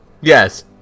yes